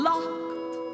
Locked